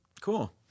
Cool